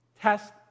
test